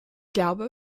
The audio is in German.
glaube